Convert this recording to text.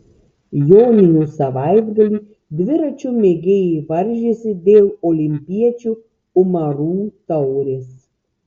joninių savaitgalį dviračių mėgėjai varžėsi dėl olimpiečių umarų taurės